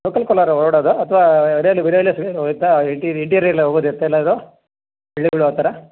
local ಕೊಲಾರ ಓಡಾಡೋದು ಅಥ್ವಾ ಇಂಟಿರಿ ಇಂಟಿರಿಯಲ್ ಹೋಗೋದು ಇತ್ತಾ ಎಲ್ಲಾದರು ಆ ಥರ